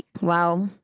Wow